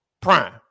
prime